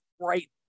right